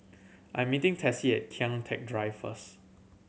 I meeting Tessie Kian Teck Drive first